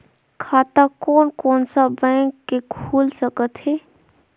खाता कोन कोन सा बैंक के खुल सकथे?